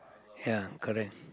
ya correct